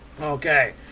okay